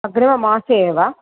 अग्रिममासे वा